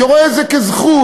שרואה את זה כזכות,